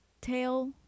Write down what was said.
tail